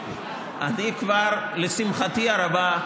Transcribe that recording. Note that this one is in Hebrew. לשמחתי הרבה,